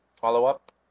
follow-up